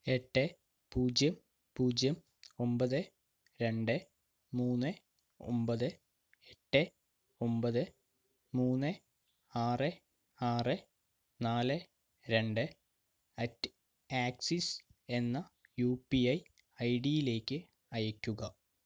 എട്ട് പൂജ്യം പൂജ്യം ഒൻപത് രണ്ട് മൂന്ന് ഒൻപത് എട്ട് ഒൻപത് മൂന്ന് ആറ് ആറ് നാല് രണ്ട് അറ്റ് ആക്സിസ് എന്ന യു പി ഐ ഐ ഡിയിലേക്ക് അയക്കുക